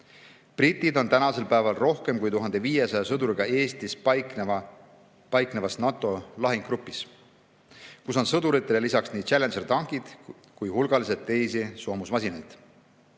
Britid on tänasel päeval rohkem kui 1500 sõduriga Eestis paiknevas NATO lahingugrupis, kus on sõduritele lisaks nii Challengeri tankid kui ka hulgaliselt teisi soomusmasinaid.